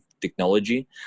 technology